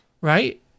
right